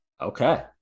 Okay